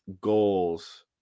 goals